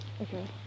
Okay